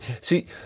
see